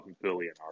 billion